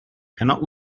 cannot